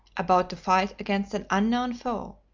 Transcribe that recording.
about to fight against an unknown foe.